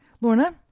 Lorna